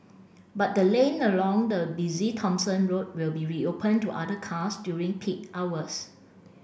but the lane along the busy Thomson Road will be reopened to other cars during peak hours